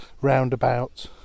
roundabout